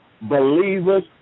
believers